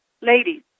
ladies